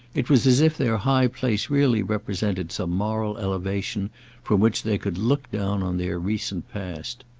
it was as if their high place really represented some moral elevation from which they could look down on their recent past.